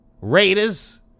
Raiders